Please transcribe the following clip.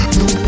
no